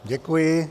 Děkuji.